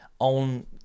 On